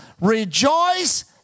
rejoice